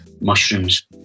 Mushrooms